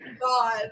god